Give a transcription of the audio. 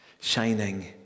shining